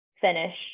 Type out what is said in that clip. finish